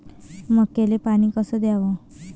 मक्याले पानी कस द्याव?